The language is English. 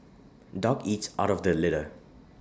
dog eats out of the litter